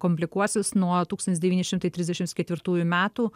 komplikuosis nuo tūkstantis devyni šimtai trisdešimt ketvirtųjų metų